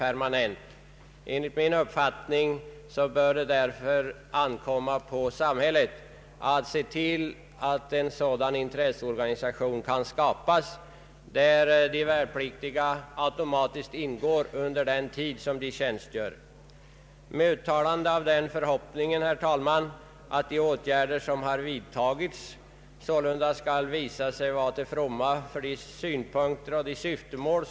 Enligt min uppfattning bör det därför ankomma på samhället att se till att en sådan intresseorganisation skapas, där de värnpliktiga automatiskt ingår under den tid de tjänstgör. Jag vill, herr talman, uttala den förhoppningen att de åtgärder som har vidtagits skall visa sig vara till fromma för motionens syftemål.